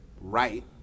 right